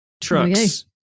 trucks